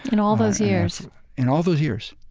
in all those years in all those years.